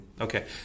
Okay